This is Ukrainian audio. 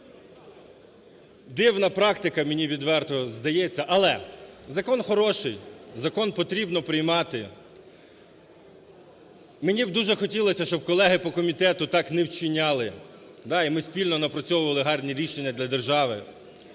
Дивна практика, мені відверто здається, але закон хороший, закон потрібно приймати. Мені б дуже хотілося, щоб колеги по комітету так не вчиняли, да, і ми спільно напрацьовували гарні рішення для держави.